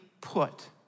put